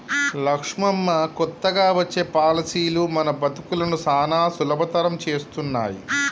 లక్ష్మమ్మ కొత్తగా వచ్చే పాలసీలు మన బతుకులను సానా సులభతరం చేస్తున్నాయి